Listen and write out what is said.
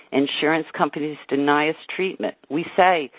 insurance companies deny us treatment. we say,